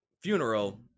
funeral